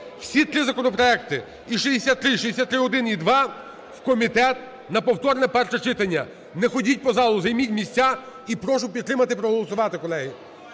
Всі три законопроекти: і 63, 63-1 і -2 – в комітет на повторне перше читання. Не ходіть по залу. Займіть місця. І прошу підтримати і проголосувати, колеги.